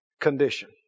condition